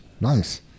Nice